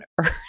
earth